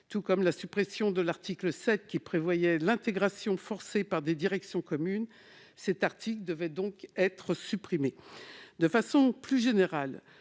Tout comme l'article 7, qui prévoyait l'intégration forcée par des directions communes, cet article devrait être supprimé. De façon plus générale,